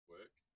work